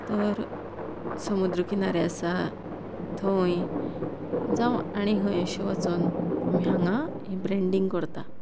तर समुद्र किनारे आसा थंय जावं आनी हंय अशें वचून आमी हांगा ब्रेंडींग करता